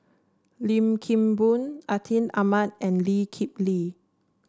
Lim Kim Boon Atin Amat and Lee Kip Lee